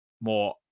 more